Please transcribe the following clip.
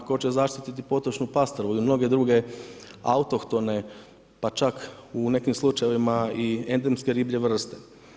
Tko će zaštititi potočnu pastrvu ili mnoge druge autohtone, pa čak u nekim slučajevima i endemske riblje vrste.